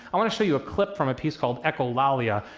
i want to show you a clip from a piece called echolalia.